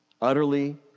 Utterly